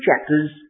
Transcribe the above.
chapters